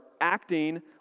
acting